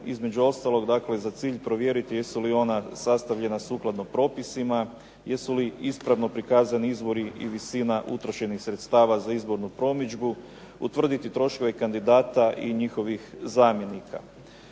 između ostalog dakle za cilj provjeriti jesu li ona sastavljena sukladno propisima, jesu li ispravno prikazani izvori i visina utrošenih sredstava za izbornu promidžbu, utvrditi troškove kandidata i njihovih zamjenika.